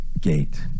gate